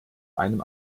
einem